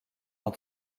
dans